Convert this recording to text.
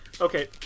Okay